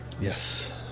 Yes